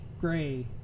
Gray